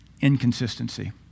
inconsistency